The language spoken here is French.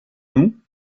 nous